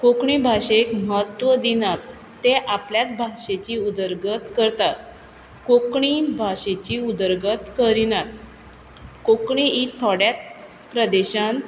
कोंकणी भाशेक म्हत्व दिनात ते आपल्याच भाशेची उदरगत करतात कोंकणी भाशेची उदरगत करिनात कोंकणी ही थोड्याच प्रदेशांत